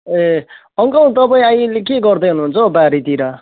ए uncle तपाईँ अहिले के गर्दै हुनुन्छ हौ बारीतिर